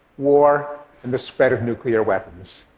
war and the spread of nuclear weapons.